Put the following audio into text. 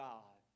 God